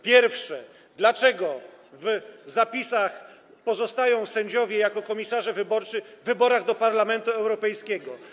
Pierwsze pytanie: Dlaczego w zapisach pozostają sędziowie jako komisarze wyborczy w wyborach do Parlamentu Europejskiego?